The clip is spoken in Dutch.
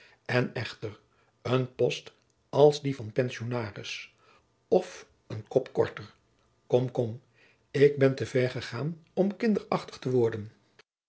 en echter een post als die van pensionaris of een kop korter kom kom ik ben te ver gegaan om kinderachtig te worden